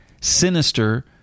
sinister